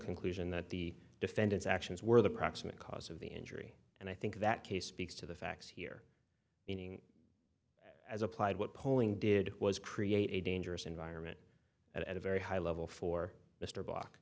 conclusion that the defendant's actions were the proximate cause of the injury and i think that case speaks to the facts here as applied what polling did was create a dangerous environment at a very high level for mr b